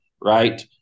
right